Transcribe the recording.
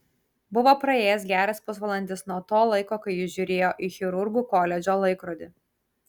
buvo praėjęs geras pusvalandis nuo to laiko kai jis žiūrėjo į chirurgų koledžo laikrodį